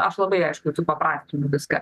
aš labai aišku supaprastinu viską